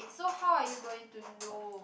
so how are you going to know